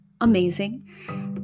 amazing